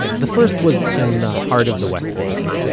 the first was in the heart of the west bank,